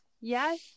yes